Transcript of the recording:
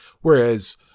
Whereas